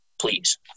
please